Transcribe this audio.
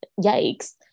yikes